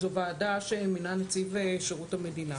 זו ועדה שמינה נציב שירות המדינה